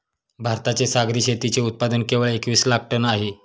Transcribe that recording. भारताचे सागरी शेतीचे उत्पादन केवळ एकवीस लाख टन आहे